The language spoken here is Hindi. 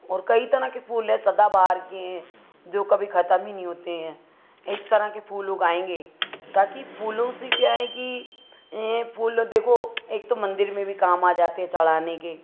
और कई तरह के फूल हैं सदाबहार के हैं जो कभी ख़त्म ही नहीं होते हैं इस तरह के फूल उगाएँगे ताकि फूलों से क्या है कि फूल देखो एक तो मंदिर में भी काम आ जाते हैं चढ़ाने के